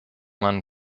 man